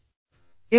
అవేమిటి